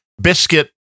biscuit